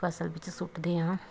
ਫ਼ਸਲ ਵਿੱਚ ਸੁੱਟਦੇ ਹਾਂ